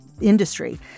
industry